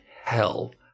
hell